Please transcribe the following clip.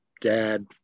dad